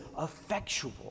effectual